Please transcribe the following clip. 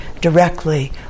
directly